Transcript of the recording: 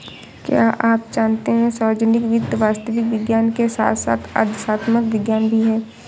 क्या आप जानते है सार्वजनिक वित्त वास्तविक विज्ञान के साथ साथ आदर्शात्मक विज्ञान भी है?